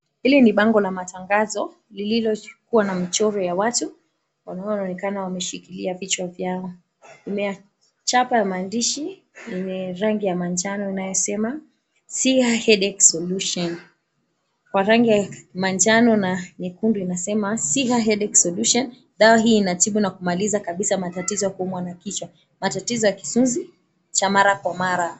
Hili ni bango la matangazo lililokuwa na mchoro ya watu wanaoonekana wameshikilia vichwa vyao. Chapa ya maandishi yenye rangi ya manjano inayosema, Siha Headache Solution. Kwa rangi ya manjano na nyekundu inasema, Siha Headache Solution, Dawa hii inatibu na kumaliza kabisa matatizo ya kuumwa na kichwa, Matatizo ya kisunzi cha mara kwa mara.